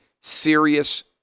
serious